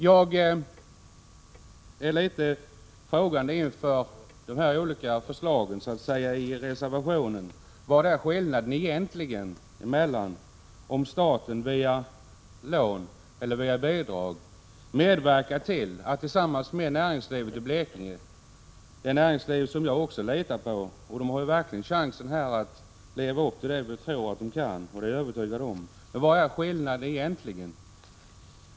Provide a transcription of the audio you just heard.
Jag står litet frågande inför de olika förslagen i reservationen. Vad är skillnaden egentligen mellan om staten via lån eller via bidrag medverkar till att utveckla näringslivet i Blekinge? Jag litar också på näringslivet, och här har man verkligen chansen att leva upp till det vi är övertygade om att man kan klara.